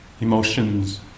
emotions